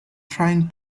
trying